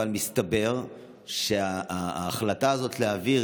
אבל מסתבר שההחלטה הזאת להעביר,